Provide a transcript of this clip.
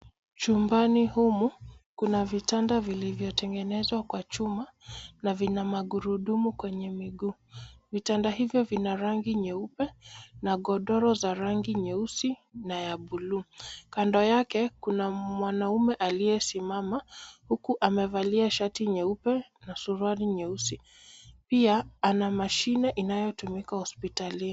Chumbani humu kuna vitanda vilivyo tengenezwa kwa chuma na vina magurudumu kwenye miguu. Vitanda hivyo vina rangi nyeupe na godoro za rangi nyeusi na ya buluu. Kando yake kuna mwanamme aliyesimama huku amevalia shati nyeupe na suruali nyeusi. Pia, ana mashine inayotumika hospitalini.